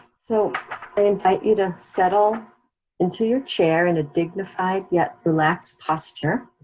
so i invite you to settle into your chair in a dignified yet relaxed posture.